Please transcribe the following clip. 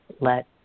let